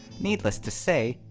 needless to say,